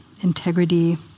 integrity